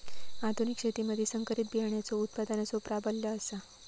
आधुनिक शेतीमधि संकरित बियाणांचो उत्पादनाचो प्राबल्य आसा